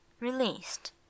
released